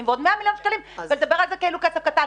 ועוד 100 מיליון שקלים ומדברים כאילו זה קטע קטן.